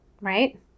right